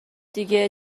دیگه